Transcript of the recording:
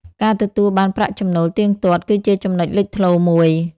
ការទទួលបានប្រាក់ចំណូលទៀងទាត់ គឺជាចំណុចលេចធ្លោមួយ។